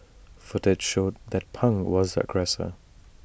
footage showed that pang was the aggressor